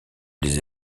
les